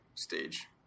stage